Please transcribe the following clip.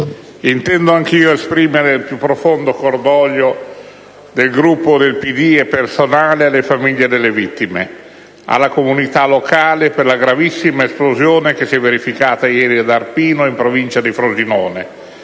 intendo anch'io esprimere il più profondo cordoglio, mio personale e del Gruppo del PD, alle famiglie delle vittime e alla comunità locale per la gravissima esplosione che si è verificata ieri ad Arpino in provincia di Frosinone,